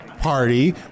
party